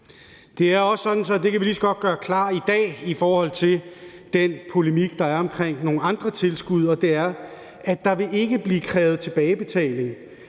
Det er også sådan, og det kan vi lige så godt gøre klart i dag, at der i forhold til den polemik, der er omkring nogle andre tilskud, ikke vil blive krævet tilbagebetaling,